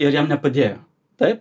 ir jiem nepadėjo taip